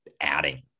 adding